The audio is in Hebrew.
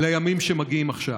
לימים שמגיעים עכשיו.